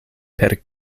per